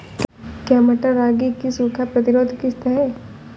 क्या मटर रागी की सूखा प्रतिरोध किश्त है?